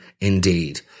indeed